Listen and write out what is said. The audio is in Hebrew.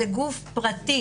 זה גוף פרטי